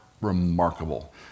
remarkable